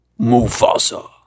Mufasa